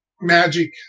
magic